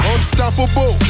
Unstoppable